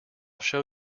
show